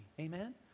Amen